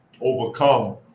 overcome